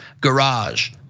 garage